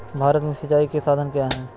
भारत में सिंचाई के साधन क्या है?